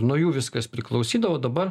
nuo jų viskas priklausydavo dabar